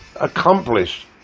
accomplished